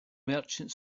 merchant